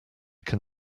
can